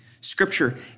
Scripture